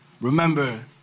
remember